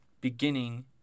beginning